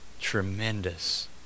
tremendous